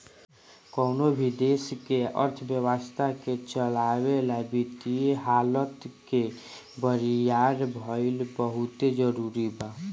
कवनो भी देश के अर्थव्यवस्था के चलावे ला वित्तीय हालत के बरियार भईल बहुते जरूरी बा